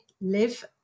live